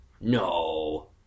no